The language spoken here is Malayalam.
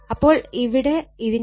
അപ്പോൾ ഇവിടെ ഇതിന്റെ ഉത്തരം 12